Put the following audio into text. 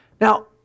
Now